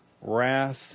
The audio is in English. wrath